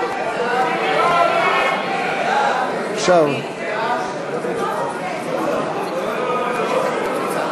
סעיף 01, נשיא המדינה